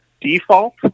default